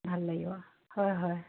ভাল লাগিব হয় হয়